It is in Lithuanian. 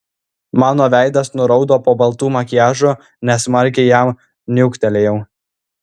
mano veidas nuraudo po baltu makiažu nesmarkiai jam niuktelėjau